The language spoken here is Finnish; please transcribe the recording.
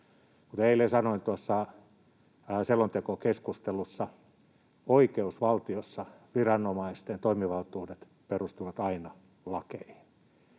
Kuten eilen sanoin tuossa selontekokeskustelussa, oikeusvaltiossa viranomaisten toimivaltuudet perustuvat aina lakeihin,